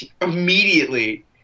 immediately